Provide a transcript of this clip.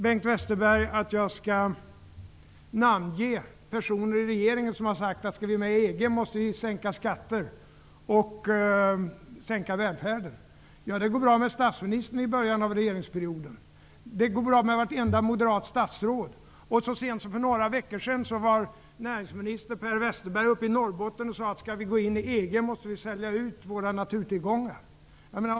Bengt Westerberg vill att jag skall namnge personer i regeringen som har sagt att vi måste sänka skatterna och minska välfärden om vi skall gå med i EG. Det går bra att nämna statsministern med tanke på det som han sade i början av regeringsperioden. Det går bra att nämna vartenda moderat statsråd. Så sent som för några veckor sedan var näringsminister Per Westerberg i Norrbotten och sade att vi måste sälja ut våra naturtillgångar om vi skall gå med i EG.